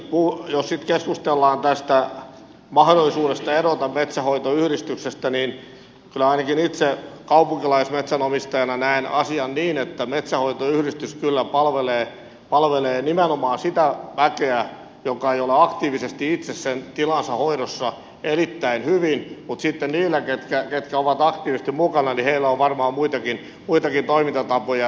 jos sitten keskustellaan tästä mahdollisuudesta erota metsänhoitoyhdistyksestä niin kyllä ainakin itse kaupunkilaisena metsänomistajana näen asian niin että metsänhoitoyhdistys kyllä palvelee nimenomaan sitä väkeä joka ei ole itse aktiivisesti mukana sen tilansa hoidossa erittäin hyvin mutta sitten niillä jotka ovat aktiivisesti mukana on varmaan muitakin toimintatapoja